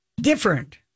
different